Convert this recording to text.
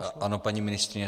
Ano, paní ministryně.